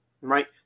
right